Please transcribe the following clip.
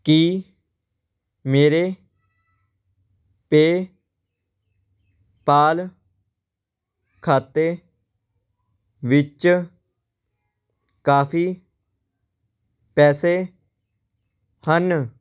ਕੀ ਮੇਰੇ ਪੇਪਾਲ ਖਾਤੇ ਵਿੱਚ ਕਾਫ਼ੀ ਪੈਸੇ ਹਨ